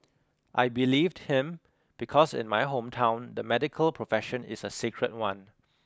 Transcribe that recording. I believed him because in my hometown the medical profession is a sacred one